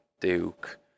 Duke